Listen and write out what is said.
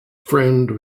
friend